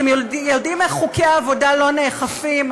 אתם יודעים איך חוקי העבודה לא נאכפים?